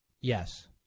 Yes